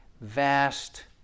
vast